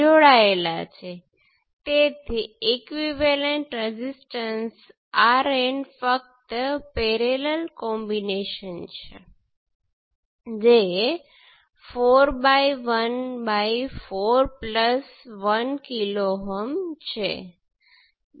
જો તમે પોર્ટ 2 પર નજર નાખો તો તમે આ 1 કિલો Ω અને આ 1 કિલો Ω જે લટકેલું છે તે જોશો તેથી તે કંઈપણ કન્ટ્રિબ્યુટ છે જે તમે તેના માટે પહેલાની સર્કિટના ઉદાહરણમાં મેળવેલ છે